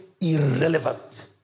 irrelevant